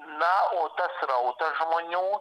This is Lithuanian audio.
na o tas srautas žmonių